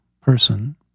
person